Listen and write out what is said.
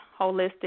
Holistic